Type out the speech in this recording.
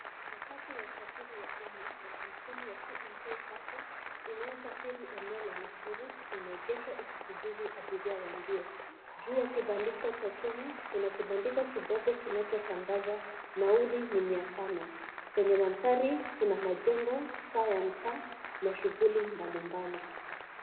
Matatu ya usafiri ya umma ya kampuni ya 2nk sacco inayosafiri eneo la Nakuru limeegeshwa ikisubiri abiria waingie. Juu ya kibandiko cha chuma kuna kibandiko kidogo kinachotangaza nauli ni mia tano. Kwenye mandhari kuna majengo, saa ya mtaa na shughuli mbalimbali.